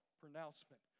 pronouncement